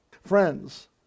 Friends